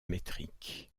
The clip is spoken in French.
métriques